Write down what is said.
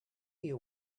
you